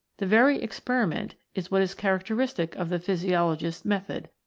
the very experiment is what is characteristic of the physiologist's method,